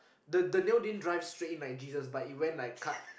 the the nail didn't drive straight in like Jesus but it went in like cut